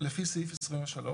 לפי סעיף 23,